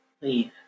leave